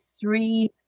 three